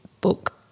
book